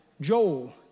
Joel